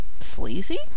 sleazy